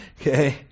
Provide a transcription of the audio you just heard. okay